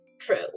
true